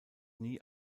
nie